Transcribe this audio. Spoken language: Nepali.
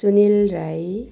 सुनिल राई